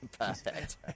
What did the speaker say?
Perfect